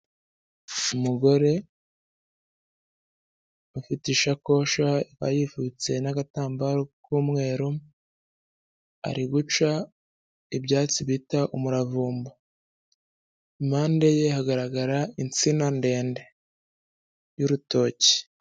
Umugore ufite ishakoshi arifubitse n'agatambaro k'umweru, ari guca ibyatsi bita umuravumba, impande ye hagaragara insina ndende y'urutoki.